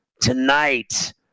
Tonight